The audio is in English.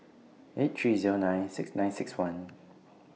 eight three Zero nine six nine six one